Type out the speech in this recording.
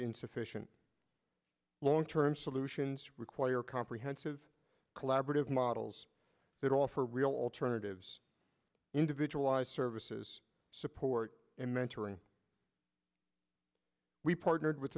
insufficient long term solutions require comprehensive collaborative models that offer real alternatives individualized services support and mentoring we partnered with